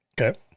Okay